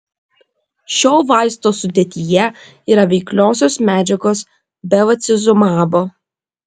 šio vaisto sudėtyje yra veikliosios medžiagos bevacizumabo